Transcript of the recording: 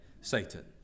Satan